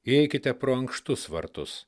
įeikite pro ankštus vartus